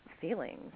feelings